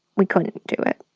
we couldn't do it.